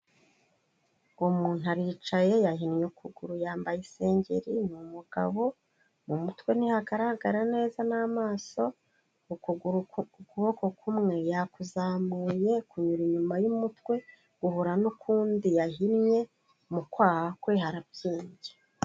Umuntu aricaye yahinnye ukuguru yambaye isengeri, ni umugabo. Mu mutwe ntihagaragara neza n'amaso, ukuguru k'ukuboko kumwe yakuzamuye kunyura inyuma y'umutwe guhura n'ukundi yahinnye, mu kwaha kwe harabyimbye.